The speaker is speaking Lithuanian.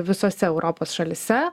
visose europos šalyse